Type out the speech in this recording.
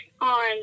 on